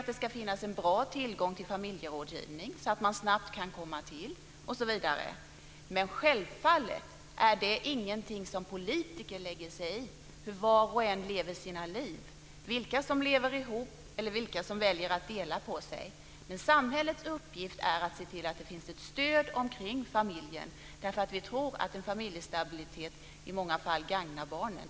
Det ska finnas en bra tillgång till familjerådgivning som man snabbt kan komma till, osv. Men självfallet är det ingenting som politiker lägger sig i hur var och en lever sitt liv, vilka som lever ihop eller vilka som väljer att dela på sig. Samhällets uppgift är att se till att det finns en stöd kring familjen. Vi tror att en familjestabilitet i många fall gagnar barnen.